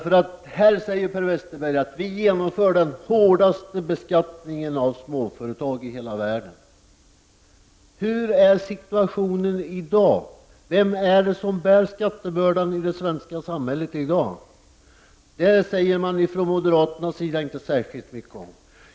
Han säger att vi genomför den hårdaste beskattningen av småföretagen i hela världen. Hurdan är situationen i dag? Vem är det som bär skattebördan i det svenska samhället i dag? Det säger man från moderaternas sida inte särskilt mycket om.